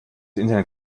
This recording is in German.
internet